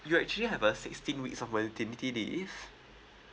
you actually have a sixteen weeks of maternity leave